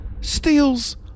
steals